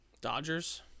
Dodgers